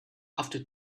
after